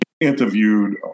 interviewed